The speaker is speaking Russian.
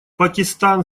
пакистан